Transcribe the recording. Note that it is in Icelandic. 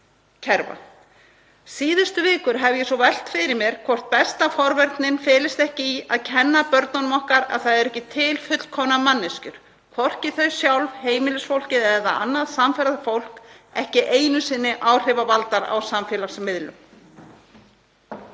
kerfa. Síðustu vikur hef ég velt fyrir mér hvort besta forvörnin felist ekki í að kenna börnunum okkar að það eru ekki til fullkomnar manneskjur, hvorki þau sjálf, heimilisfólkið eða annað samferðafólk, ekki einu sinni áhrifavaldar á samfélagsmiðlum.